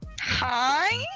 Hi